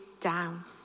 down